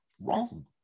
Wrong